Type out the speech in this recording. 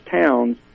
towns